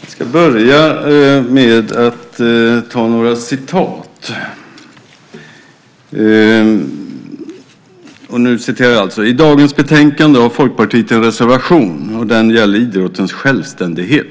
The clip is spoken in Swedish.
Jag ska börja med några citat. "I dagens betänkande har Folkpartiet en reservation, och den gäller idrottens självständighet.